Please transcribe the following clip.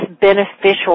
beneficial